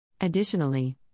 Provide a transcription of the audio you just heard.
Additionally